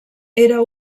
era